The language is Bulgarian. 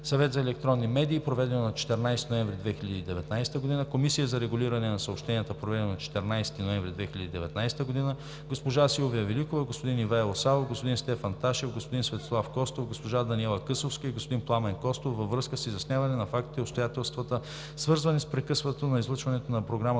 Съвета за електронни медии, проведено на 14 ноември 2019 г. 3. Комисията за регулиране на съобщенията, проведено на 14 ноември 2019 г. 4. Госпожа Силвия Великова, господин Ивайло Савов, господин Стефан Ташев, господин Светослав Костов, госпожа Даниела Късовска и господин Пламен Костов във връзка с изясняване на фактите и обстоятелствата, свързани с прекъсване на излъчването на програма